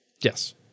Yes